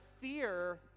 fear